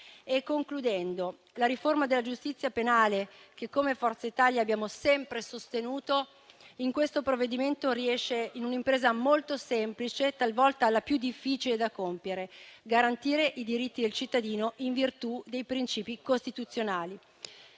un aguzzino. La riforma della giustizia penale, che come Forza Italia abbiamo sempre sostenuto, in questo provvedimento riesce in un'impresa molto semplice, anche se talvolta è la più difficile da compiere: garantire i diritti del cittadino in virtù dei principi costituzionali.